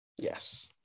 yes